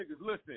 listen